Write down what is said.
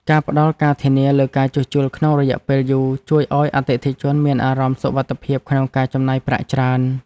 ការផ្តល់ការធានាលើការជួសជុលក្នុងរយៈពេលយូរជួយឱ្យអតិថិជនមានអារម្មណ៍សុវត្ថិភាពក្នុងការចំណាយប្រាក់ច្រើន។